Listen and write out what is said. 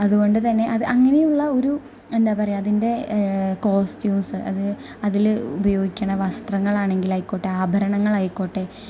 അതുകൊണ്ടുതന്നെ അത് അങ്ങനെയുള്ള ഒരു എന്താ പറയുക അതിന്റെ കോസ്റ്റ്യൂസ് അത് അതില് ഉപയോഗിക്കുന്ന വസ്ത്രങ്ങളാണെങ്കിലായിക്കോട്ടെ ആഭരണങ്ങളായിക്കോട്ടെ